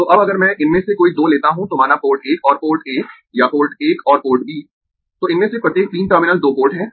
तो अब अगर मैं इनमें से कोई दो लेता हूं तो माना पोर्ट 1 और पोर्ट A या पोर्ट 1 और पोर्ट B तो इनमें से प्रत्येक तीन टर्मिनल दो पोर्ट है